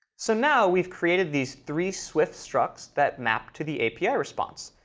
so now we've created these three swift structs that map to the api response.